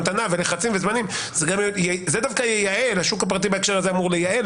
לחצים וזמנים דווקא השוק הפרטי בהקשר הזה אמור לייעל,